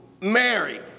Mary